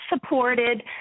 supported